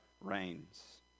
reigns